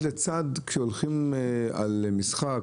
כשמחליטים על משחק,